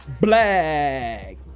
Black